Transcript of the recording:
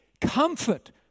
Comfort